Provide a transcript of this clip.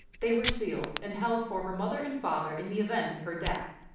they were sealed and held for her mother and father in the event of her death.